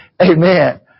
Amen